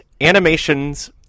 animations